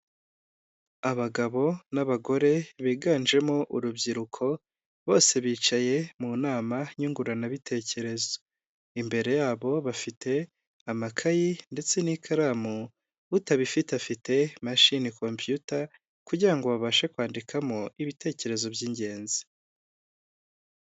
Abagabo n'abagore biganjemo urubyiruko bose bicaye mu nama nyunguranabitekerezo, imbere yabo bafite amakayi ndetse n'ikaramu, utabifite afite imashini compiyuta kugira ngo babashe kwandikamo ibitekerezo by'ingenzi.